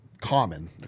common